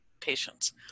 patients